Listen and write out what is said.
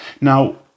Now